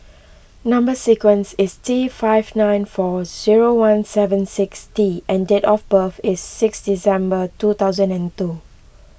Number Sequence is T five nine four zero one seven six T and date of birth is six December two thousand and two